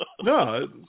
No